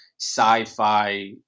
sci-fi